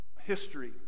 history